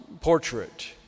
portrait